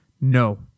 No